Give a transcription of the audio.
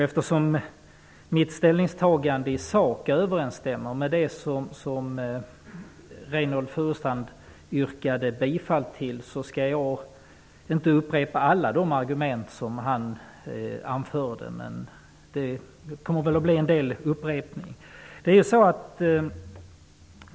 Eftersom mitt ställningstagande i sak överensstämmer med det som Reynoldh Furustrand yrkade bifall till, skall jag inte upprepa alla de argument som han anförde, men det kommer att bli en del upprepningar.